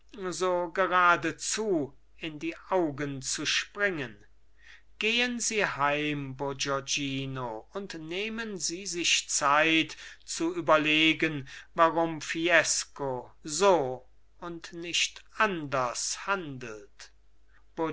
so geradezu in die augen zu springen gehen sie heim bourgognino und nehmen sie sich zeit zu überlegen warum fiesco so und nicht anders handelt